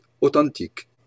authentique